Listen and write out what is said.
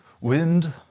wind